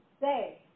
say